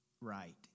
right